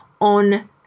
on